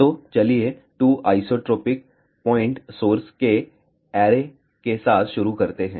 तो चलिए 2 isotropic point source की ऐरे के साथ शुरू करते हैं